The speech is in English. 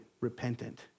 repentant